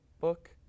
book